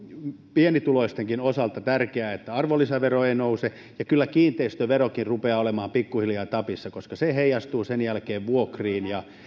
pienituloistenkin osalta on tärkeää että arvonlisävero ei nouse ja kyllä kiinteistöverokin rupeaa olemaan pikkuhiljaa tapissa koska se heijastuu sen jälkeen vuokriin